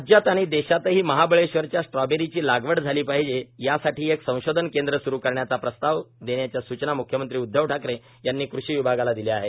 राज्यात आणि देशातही महाबळेश्वरच्या स्ट्रॉबेरीची लागवड झाली पाहिजे यासाठी एक संशोधन केंद्र स्रु करण्याचा प्रस्ताव देण्याच्या सूचना म्ख्यमंत्री उद्धव ठाकरे यांनी कृषी विभागाला दिल्या आहेत